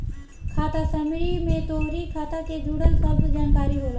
खाता समरी में तोहरी खाता के जुड़ल सब जानकारी होला